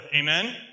Amen